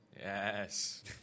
Yes